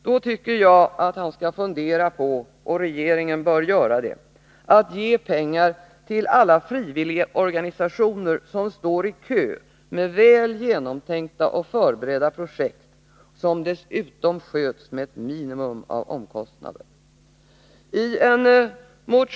Då tycker jag att han och regeringen skall fundera på att ge pengar till alla frivilligorganisationer som står i kö med väl genomtänkta och förberedda projekt, som dessutom sköts med ett minimum av omkostnader.